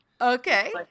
Okay